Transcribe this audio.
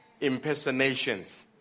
impersonations